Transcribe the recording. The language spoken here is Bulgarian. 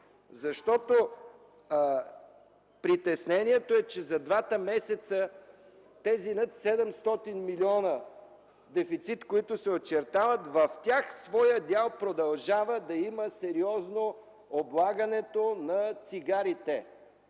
защото притеснението е, че за двата месеца в тези над 700 милиона дефицит, които се очертават, своят дял продължава да има сериозно облагането на цигарите.